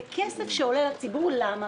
זה כסף שעולה לציבור למה?